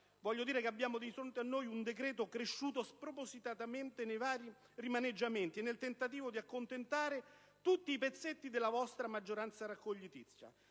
voglio dire che abbiamo di fronte a noi un decreto cresciuto spropositatamente nei vari rimaneggiamenti, nel tentativo di accontentare tutti i pezzetti della vostra maggioranza raccogliticcia.